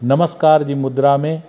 नमस्कार जी मुद्रा में